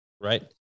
right